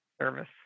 Service